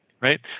right